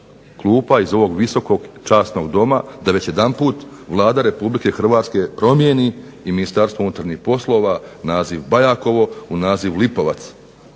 klupa iz ovog visokog časnog Doma, da već jedanput Vlada Republike Hrvatske promijeni i MUP naziv BAjakovo u naziv Lipovac.